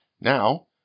Now